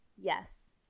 yes